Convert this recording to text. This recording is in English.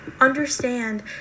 understand